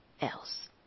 else